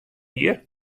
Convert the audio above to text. jier